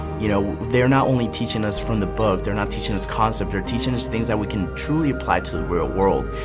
you know, they're not only teaching us from the book. they're not teaching us concept they're teaching us things that we can truly apply to the real world.